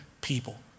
people